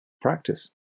Practice